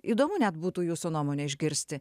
įdomu net būtų jūsų nuomonę išgirsti